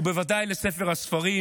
ובוודאי לספר הספרים,